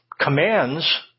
commands